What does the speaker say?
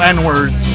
N-words